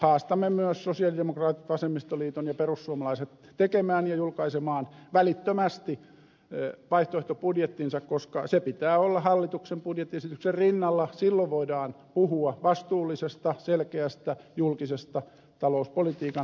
haastamme myös sosialidemokraatit vasemmistoliiton ja perussuomalaiset tekemään ja julkaisemaan välittömästi vaihtoehtobudjettinsa koska sen pitää olla hallituksen budjettiesityksen rinnalla silloin voidaan puhua vastuullisesta selkeästä julkisesta talouspolitiikan harjoittamisesta